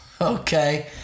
Okay